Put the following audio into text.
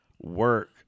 work